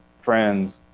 friends